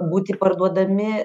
būti parduodami